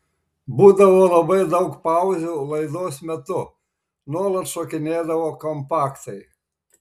būdavo labai daug pauzių laidos metu nuolat šokinėdavo kompaktai